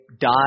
die